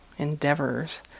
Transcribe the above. endeavors